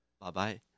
Bye-bye